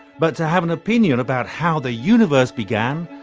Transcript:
but to have an opinion about how the universe began,